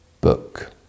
book